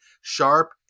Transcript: sharp